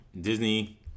Disney